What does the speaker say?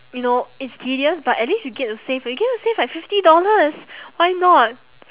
you know it's tedious but at least you get to save you get to save like fifty dollars why not